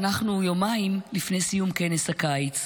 אנחנו יומיים לפני סיום כנס הקיץ,